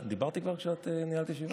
דיברתי כבר כשאת ניהלת ישיבה?